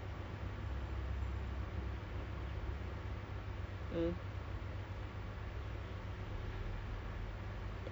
right now kalau kalau boleh right I just want to not wear the mask cause it's so freaking rimas